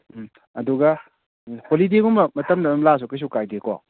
ꯎꯝ ꯑꯗꯨꯒ ꯍꯣꯂꯤꯗꯦꯒꯨꯝꯕ ꯃꯇꯝꯗ ꯑꯗꯨꯝ ꯂꯥꯛꯑꯁꯨ ꯀꯩꯁꯨ ꯀꯥꯏꯗꯦꯀꯣ